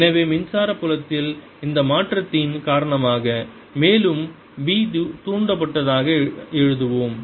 எனவே மின்சாரத் புலத்தில் இந்த மாற்றத்தின் காரணமாக மேலும் B தூண்டப்பட்டதாக எழுதுவோம்